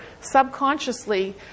subconsciously